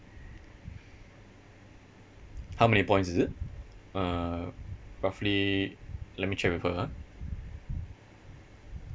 how many points is it uh roughly let me check with her ah